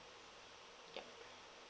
yup